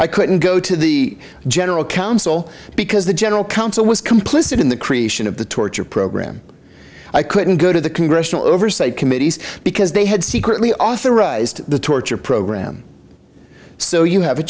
i couldn't go to the general counsel because the general counsel was complicit in the creation of the torture program i couldn't go to the congressional oversight committees because they had secretly authorized the torture program so you have a